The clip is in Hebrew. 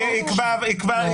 יקבעו.